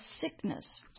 sickness